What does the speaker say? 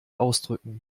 ausdrücken